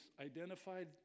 identified